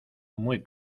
muy